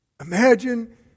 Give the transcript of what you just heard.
Imagine